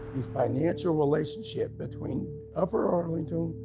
the financial relationship between upper arlington,